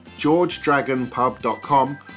georgedragonpub.com